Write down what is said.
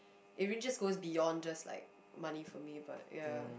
it really just goes beyond just like money for me but ya